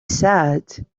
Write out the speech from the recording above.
sat